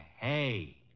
hey